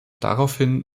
daraufhin